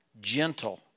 gentle